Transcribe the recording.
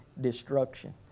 destruction